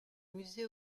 musées